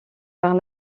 par